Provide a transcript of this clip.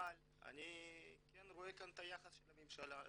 אבל אני כן רואה כאן את היחס של הממשלה.